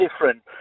different